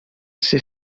ser